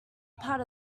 part